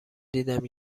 دیدم